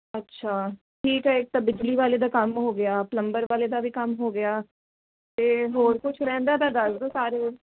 ਅੱਛਾ ਠੀਕ ਆ ਇੱਕ ਤਾਂ ਬਿਜਲੀ ਵਾਲੇ ਦਾ ਕੰਮ ਹੋ ਗਿਆ ਪਲੰਬਰ ਵਾਲੇ ਦਾ ਵੀ ਕੰਮ ਹੋ ਗਿਆ ਅਤੇ ਹੋਰ ਕੁਛ ਰਹਿੰਦਾ ਤਾਂ ਦੱਸ ਦਿਉ ਸਾਰੇ ਹੁਣ